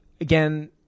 Again